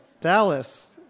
Dallas